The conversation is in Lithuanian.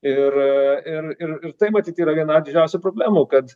ir ir ir ir tai matyt yra viena didžiausių problemų kad